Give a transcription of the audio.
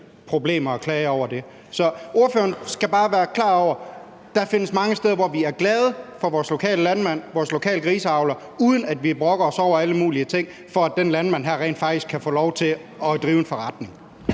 problemer og klager over det. Så ordføreren skal bare være klar over, at der findes mange steder, hvor vi er glade for vores lokale landmand, vores lokale griseavler, uden at vi brokker os over alle mulige ting, for at den landmand rent faktisk kan få lov til at drive en forretning.